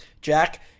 Jack